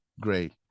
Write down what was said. great